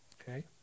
Okay